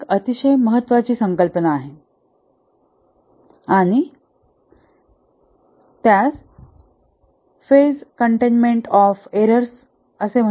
ही एक अतिशय महत्वाची संकल्पना आहे आणि त्यास phase containment of errors containment of errors